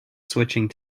switching